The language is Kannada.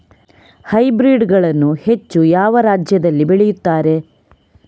ಹೈಬ್ರಿಡ್ ಗಳನ್ನು ಹೆಚ್ಚು ಯಾವ ರಾಜ್ಯದಲ್ಲಿ ಬೆಳೆಯುತ್ತಾರೆ?